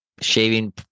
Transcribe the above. Shaving